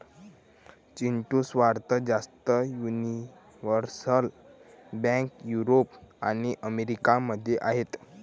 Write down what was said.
चिंटू, सर्वात जास्त universal bank Europe आणि अमेरिका मध्ये आहेत